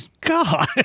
God